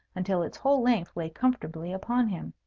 until its whole length lay comfortably upon him.